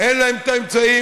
אין להם את האמצעים,